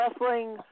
Wrestling